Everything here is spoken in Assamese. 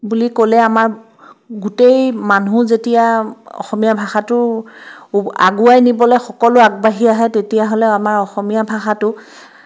বুলি ক'লে আমাৰ গোটেই মানুহ যেতিয়া অসমীয়া ভাষাটো আগুৱাই নিবলৈ সকলোৱে আগবাঢ়ি আহে তেতিয়াহ'লে আমাৰ অসমীয়া ভাষাটো